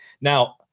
now